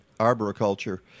arboriculture